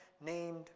named